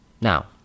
Now